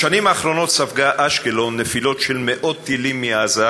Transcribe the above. בשנים האחרונות ספגה אשקלון נפילות של מאות טילים מעזה,